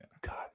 God